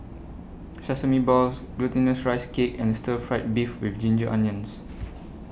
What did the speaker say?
Sesame Balls Glutinous Rice Cake and Stir Fried Beef with Ginger Onions